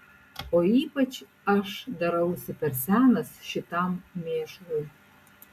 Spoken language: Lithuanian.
o ypač aš darausi per senas šitam mėšlui